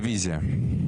רביזיה.